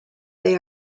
they